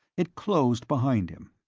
it closed behind him.